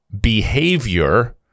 behavior